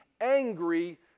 angry